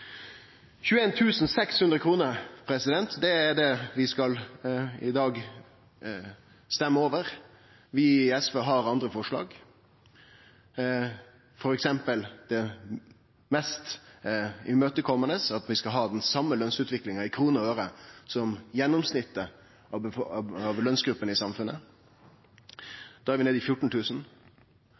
utviklinga. 21 600 kr er det vi skal stemme over i dag. Vi i SV har andre forslag, f.eks. det mest imøtekomande, at vi skal ha den same lønsutviklinga i kroner og øre som gjennomsnittet av lønsgruppene i samfunnet – da er vi nede i